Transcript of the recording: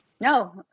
No